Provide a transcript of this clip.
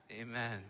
Amen